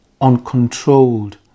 uncontrolled